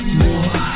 more